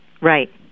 Right